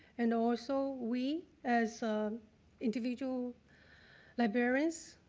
and also we, as individual librarians,